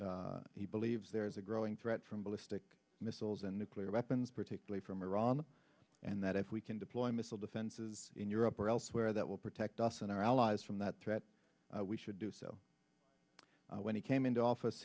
that he believes there is a growing threat from ballistic missiles and nuclear weapons particularly from iran and that if we can deploy missile defenses in europe or elsewhere that will protect us and our allies from that threat we should do so when he came into office